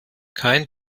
kein